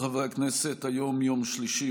היום יום שלישי,